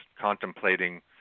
contemplating